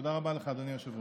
תודה רבה לך, אדוני היושב-ראש.